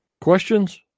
questions